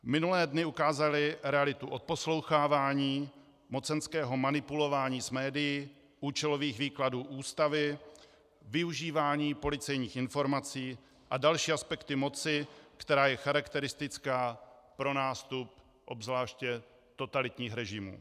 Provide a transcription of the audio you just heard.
Minulé dny ukázaly realitu odposlouchávání, mocenského manipulování s médii, účelových výkladů Ústavy, využívání policejních informací a další aspekty moci, která je charakteristická pro nástup obzvláště totalitních režimů.